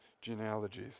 genealogies